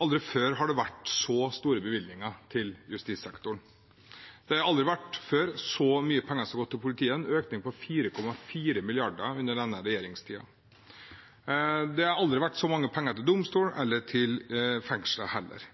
aldri før vært så store bevilgninger til justissektoren. Det har aldri før vært så mye penger som har gått til politiet – en økning på 4,4 mrd. kr under denne regjeringstiden. Det har aldri vært så mange penger til domstolene eller til fengslene heller.